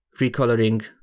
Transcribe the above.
recoloring